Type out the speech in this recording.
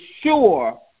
sure